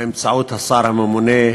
באמצעות השר הממונה,